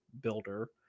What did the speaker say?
Builder